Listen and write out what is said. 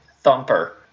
Thumper